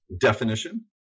definition